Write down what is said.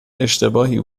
اشتباهی